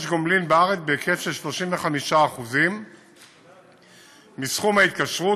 גומלין בארץ בהיקף של 35% מסכום ההתקשרות,